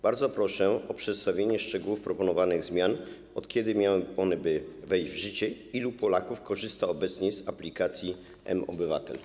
Bardzo proszę o przedstawienie szczegółów proponowanych zmian, od kiedy miałyby one wejść w życie i ilu Polaków korzysta obecnie z aplikacji mObywatel.